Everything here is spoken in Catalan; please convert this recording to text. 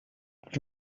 els